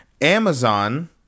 Amazon